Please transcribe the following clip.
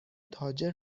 تاجر